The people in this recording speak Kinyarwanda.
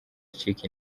acika